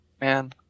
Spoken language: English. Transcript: Man